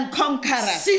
conquerors